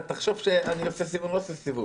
תחשוב שאני עושה סיבוב, אבל אני לא עושה סיבוב.